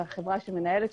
והחברה שמנהלת,